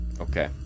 okay